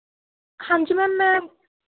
ਹਾਂਜੀ ਮੈਮ ਮੈਂ